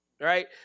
right